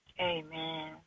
Amen